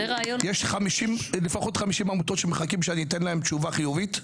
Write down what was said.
יש לפחות 50 עמותות שמחכות שאני אתן להן תשובה חיובית,